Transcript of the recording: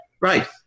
Right